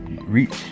reach